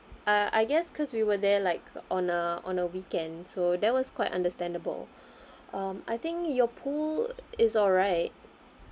uh I guess because we were there like on a on a weekend so that was quite understandable um I think your pool is all right